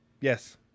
Yes